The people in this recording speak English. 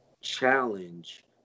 challenge